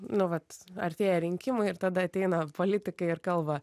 nu vat artėja rinkimai ir tada ateina politikai ir kalba